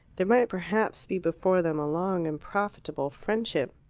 there might perhaps be before them a long and profitable friendship.